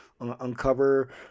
uncover